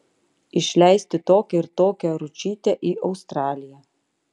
išleisti tokią ir tokią ručytę į australiją